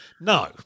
No